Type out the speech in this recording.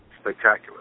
spectacular